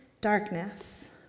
darkness